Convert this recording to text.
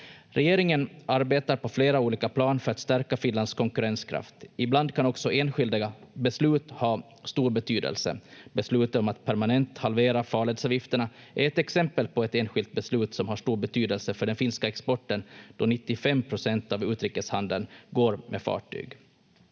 Regeringen arbetar på flera olika plan för att stärka Finlands konkurrenskraft. Ibland kan också enskilda beslut ha stor betydelse. Beslutet om att permanent halvera farledsavgifterna är ett exempel på ett enskilt beslut som har stor betydelse för den finska exporten, då 95 procent av utrikeshandeln går med fartyg.